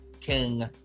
King